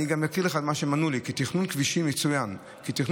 אני אקריא לך גם מה שהם ענו לי: יצוין כי תכנון